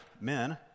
men